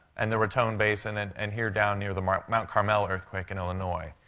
and the raton basin, and and here down near the mount mount carmel earthquake in illinois.